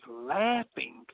laughing